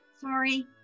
Sorry